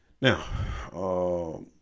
now